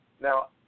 Now